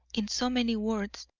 in so many words,